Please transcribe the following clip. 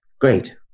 great